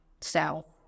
south